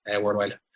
worldwide